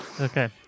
okay